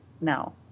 no